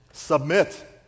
Submit